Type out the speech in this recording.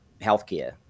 healthcare